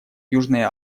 южной